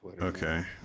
Okay